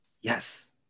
Yes